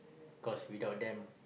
cause without them